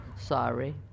Sorry